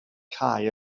cae